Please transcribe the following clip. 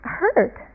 hurt